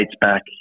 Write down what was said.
back